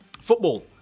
Football